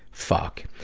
fuck!